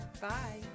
Bye